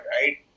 right